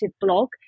blog